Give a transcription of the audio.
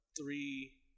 three